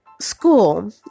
School